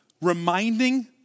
reminding